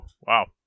wow